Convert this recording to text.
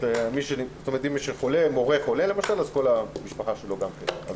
אם מורה חולה אז כל המשפחה שלו גם נבדקת.